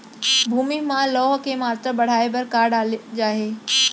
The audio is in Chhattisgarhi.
भूमि मा लौह के मात्रा बढ़ाये बर का डाले जाये?